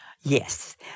Yes